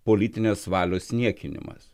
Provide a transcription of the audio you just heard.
politinės valios niekinimas